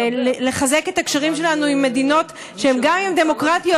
לחזק את הקשרים שלנו עם מדינות שגם אם הן דמוקרטיות,